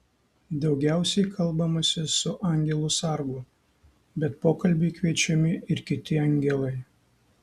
daugiausiai kalbamasi su angelu sargu bet pokalbiui kviečiami ir kiti angelai